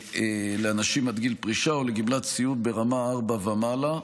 לאנשים עד גיל פרישה או לגמלת סיעוד ברמה 4 ומעלה.